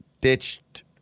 ditched